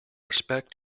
respect